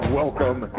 welcome